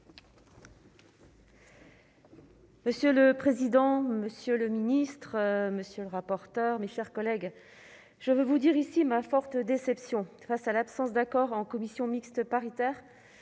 Monsieur le président, monsieur le ministre, mes chers collègues, je veux vous dire ici ma forte déception face à l'absence d'accord en commission mixte paritaire